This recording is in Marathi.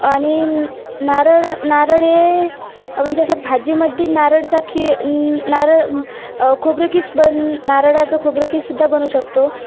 आणि नारळ नारळ हे म्हणजे अशा भाजीमध्ये नारळाचा खी नारळ खोबरं कीस बन नारळाचं खोबरं कीससुद्धा बनू शकतो